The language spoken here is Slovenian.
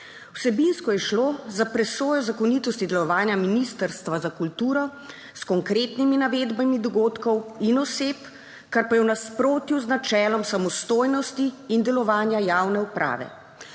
Vsebinsko je šlo za presojo zakonitosti delovanja ministrstva za kulturo, s konkretnimi navedbami dogodkov in oseb, kar pa je v nasprotju z načelom samostojnosti in delovanja javne uprave.